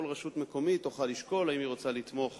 כל רשות מקומית תוכל לשקול אם היא רוצה לתמוך